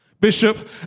Bishop